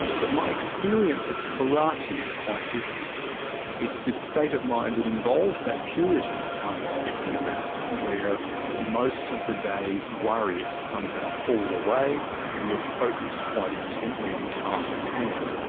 but my experience of karate is quite different it's this state of mind that involves that purity i was speaking about where most of the day's worries somehow fall away and you're focused quite intently on the task at hand.